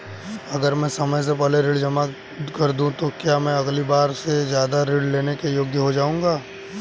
अगर मैं समय से पहले ऋण जमा कर दूं तो क्या मैं अगली बार पहले से ज़्यादा ऋण लेने के योग्य हो जाऊँगा?